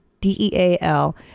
D-E-A-L